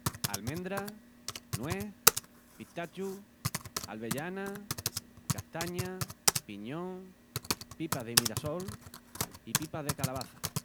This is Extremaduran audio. Almendra, nues, pitachu, alvellana, castaña, piñón, pipas de mirassol i pipas de calabaça